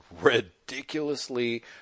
ridiculously